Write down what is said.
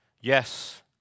Yes